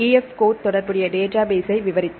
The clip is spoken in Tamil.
F கோட் தொடர்புடைய டேட்டாபேஸ்ஸை விவரித்தார்